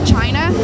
China